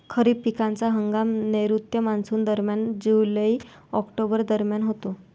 खरीप पिकांचा हंगाम नैऋत्य मॉन्सूनदरम्यान जुलै ऑक्टोबर दरम्यान होतो